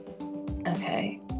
Okay